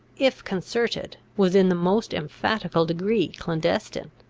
if concerted, was in the most emphatical degree clandestine.